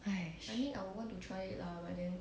!hais!